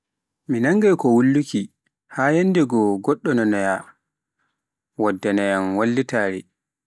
Mi nanngai ko wulluki haa yanndegoo goɗɗo nanooya, wadda naayan wallitare.